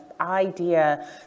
idea